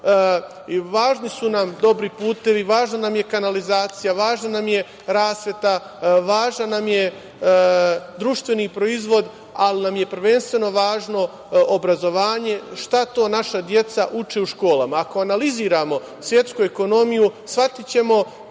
su nam dobri putevi, važna nam je kanalizacija, važna nam je rasveta, važan nam je društveni proizvod, ali nam je prvenstveno važno obrazovanje, šta to naša deca uče u školama. Ako analiziramo svetsku ekonomiju shvatićemo